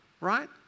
right